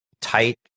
tight